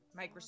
Microsoft